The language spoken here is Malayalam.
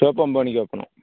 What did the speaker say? ഷോപ്പൊന്പതു മണിക്ക് ഓപ്പണാവും